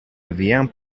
vient